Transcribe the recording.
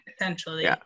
essentially